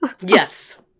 Yes